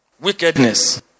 wickedness